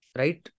right